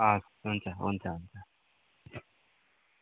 हवस् हुन्छ हुन्छ हुन्छ